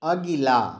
अगिला